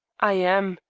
i am,